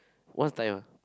what's the time ah